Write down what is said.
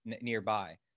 nearby